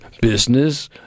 business